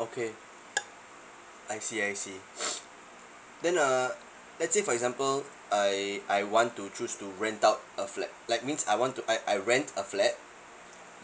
okay I see I see then uh let's say for example I I want to choose to rent out a flat like means I want to I I rent a flat